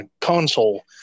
console